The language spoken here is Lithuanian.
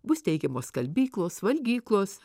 bus teikiamos skalbyklos valgyklos